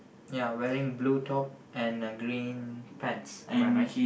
ya wearing blue top and a green pants am I right